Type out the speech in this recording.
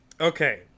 Okay